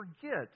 forget